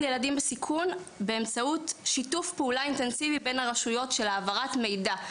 ילדים בסיכון באמצעות שיתוף פעולה אינטנסיבי בין הרשויות של העברת מידע.